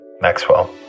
Maxwell